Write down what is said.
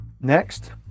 Next